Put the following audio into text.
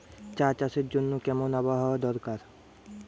চা চাষের জন্য কেমন আবহাওয়া দরকার?